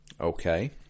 okay